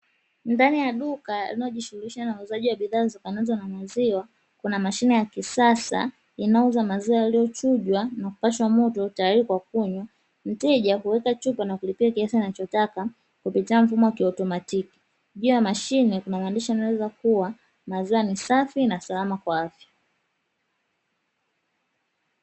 Ndani ya duka linalojishughulisha na uuzaji wa bidhaa zitokanazo na maziwa, kuna mashine ya kisasa inayouza maziwa yaliyochujwa na kupashwa moto tayari kwa kunywa. Mteja huweka chupa na kulipia kiasi anachotaka kupitia mfumo wa kiautomatiki; juu ya mashine kuna maandishi yanayoleza kuwa maziwa ni safi na salama kwa afya.